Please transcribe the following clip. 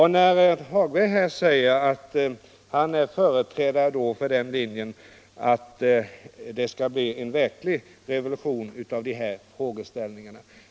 Herr Hagberg säger att han är företrädare för linjen att det skall ske en verklig revolution av de här frågeställningarna.